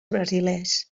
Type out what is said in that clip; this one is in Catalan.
brasilers